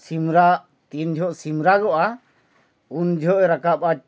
ᱥᱤᱢᱨᱟᱜ ᱛᱤᱱ ᱡᱚᱦᱚᱜ ᱥᱤᱢ ᱨᱟᱜᱚᱜᱼᱟ ᱩᱱ ᱡᱚᱦᱚᱜ ᱮ ᱨᱟᱠᱟᱵᱼᱟ